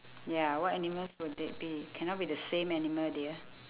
ya what animals would they be cannot be the same animal dear